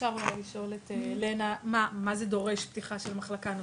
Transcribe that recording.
אפשר אולי לשאול את אלנה מה זה דורש פתיחה של מחלקה נוספת.